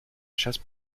chasse